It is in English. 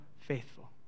faithful